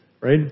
right